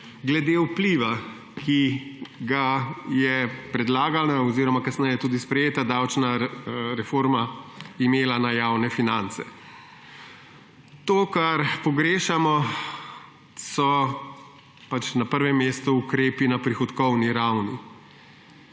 glede vpliva, ki ga je predlagana oziroma kasneje tudi sprejeta davčna reforma imela na javne finance. To, kar pogrešamo, so na prvem mestu ukrepi na prihodkovni ravni.